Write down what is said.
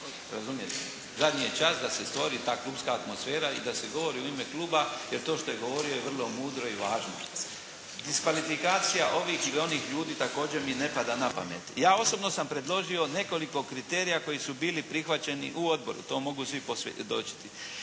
razumijete. Zadnji je čas da se stvori ta klupska atmosfera i da se govori u ime kluba, jer to što je govorio je vrlo mudro i važno. Iz kvalifikacija ovih ili onih ljudi također mi ne pada na pamet. Ja osobno sam predložio nekoliko kriterija koji su bili prihvaćeni u odboru. To mogu svi